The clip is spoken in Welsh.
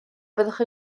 fyddwch